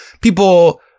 people